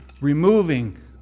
Removing